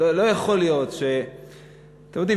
אתם יודעים,